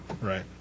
Right